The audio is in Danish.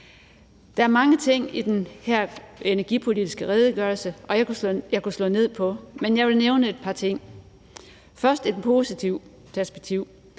Der er mange ting i den her energipolitiske redegørelse, jeg kunne slå ned på, men jeg vil nævne et par ting. Først et positivt perspektiv: